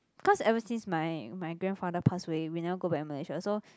cause ever since my my grandfather pass away we never go back Malaysia so